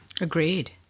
Agreed